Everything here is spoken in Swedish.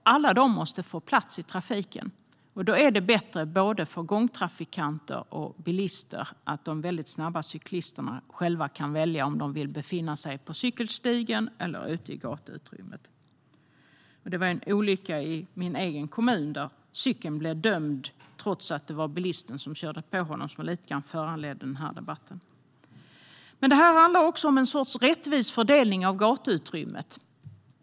Alla måste få plats i trafiken. Då är det bättre för både gångtrafikanter och bilister att de snabba cyklisterna själva kan välja om de vill befinna sig på cykelstigen eller ute i gatuutrymmet. Det var en olycka i min egen kommun, där cyklisten blev dömd trots att det var bilisten som körde på honom, som lite grann föranledde debatten. Det här handlar också om en rättvis fördelning av gatuutrymmet.